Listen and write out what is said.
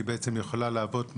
שהיא יכולה להוות מענה,